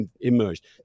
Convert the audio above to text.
emerged